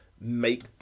make